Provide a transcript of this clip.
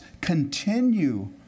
continue